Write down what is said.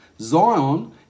Zion